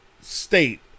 State